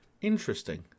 interesting